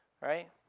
right